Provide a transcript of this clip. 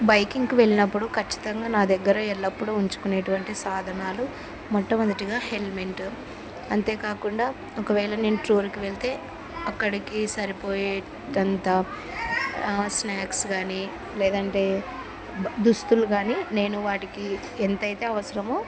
బైకింగ్కి వెళ్ళినప్పుడు ఖచ్చితంగా నా దగ్గర ఎల్లప్పుడు ఉంచుకునేటటువంటి సాధనాలు మొట్టమొదటిగా హెల్మెట్ అంతేకాకుండా ఒకవేళ నేను టూర్కి వెళ్తే అక్కడికి సరిపోయేంత స్నాక్స్ కానీ లేదంటే దుస్తులు కానీ నేను వాటికి ఎంతైతే అవసరమో